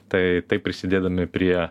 tai taip prisidėdami prie